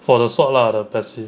for the sword lah the passive